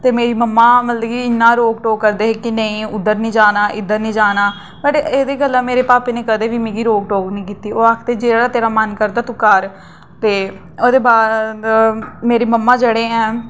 ते मेरी मम्मा मतलब कि इन्ना रोक टोक करदे हे कि नेईं इद्दर नीं जाना उद्दर नीं जाना बट एह्दे गल्ला मेरे पापे ने कदें रोक टोक नीं कीती ओह् आक्खदे जेह्ड़ा तेरा मन करदा ओह् कर ते ओह्दे बाद